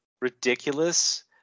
ridiculous